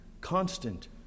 constant